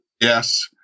yes